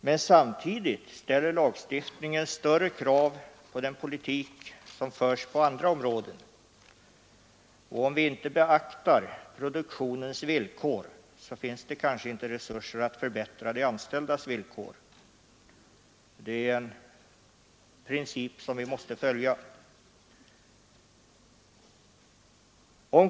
Men samtidigt ställer lagstiftningen större krav på den politik som förs på andra områden. Om vi inte beaktar produktionens villkor, finns det kanske inte resurser att förbättra de anställdas villkor. Det är en princip som vi måste följa.